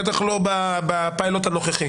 בטח לא בפיילוט הנוכחי.